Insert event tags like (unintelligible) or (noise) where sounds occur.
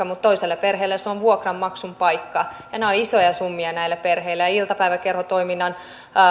(unintelligible) mutta toiselle perheelle se on vuokranmaksun paikka ja nämä ovat isoja summia näille perheille iltapäiväkerhotoiminnan